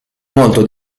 molto